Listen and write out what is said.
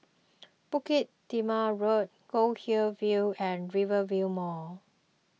Bukit Timah Road Goldhill View and Rivervale Mall